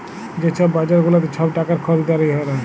যে ছব বাজার গুলাতে ছব টাকার খরিদারি হ্যয়